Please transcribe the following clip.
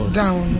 down